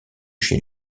chez